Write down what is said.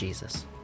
Jesus